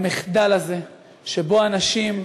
במחדל הזה שבו אנשים,